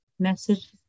message